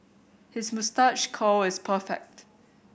his moustache curl is perfect